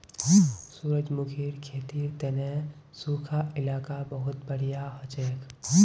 सूरजमुखीर खेतीर तने सुखा इलाका बहुत बढ़िया हछेक